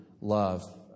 love